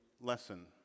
lesson